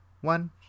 one